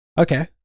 Okay